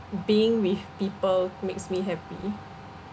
being with people makes me happy